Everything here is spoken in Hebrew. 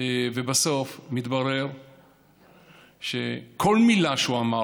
ובסוף מתברר שכל מילה שהוא אמר,